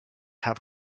have